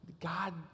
God